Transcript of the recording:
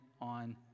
on